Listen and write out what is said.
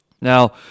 Now